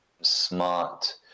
smart